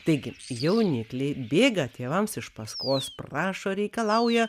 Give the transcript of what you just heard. taigi jaunikliai bėga tėvams iš paskos prašo reikalauja